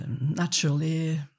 Naturally